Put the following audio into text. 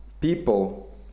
people